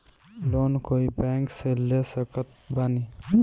Loan कोई bank से ले सकत बानी?